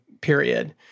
period